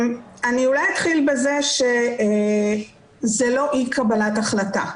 אתחיל בכך שזה לא אי קבלת החלטה.